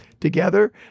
Together